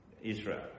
Israel